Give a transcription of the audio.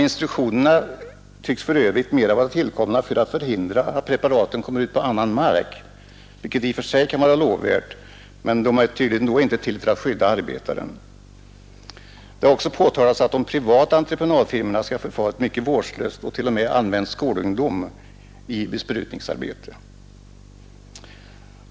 Instruktionerna tycks för övrigt mera vara tillkomna för att förhindra att preparaten kommer ut på annan mark — i och för sig lovvärt — och inte för att skydda arbetaren. Det har också påtalats att de privata entreprenadfirmorna skall ha förfarit mycket vårdslöst och t.o.m. låtit skolungdom delta i besprutningsarbete.